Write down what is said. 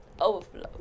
Overflow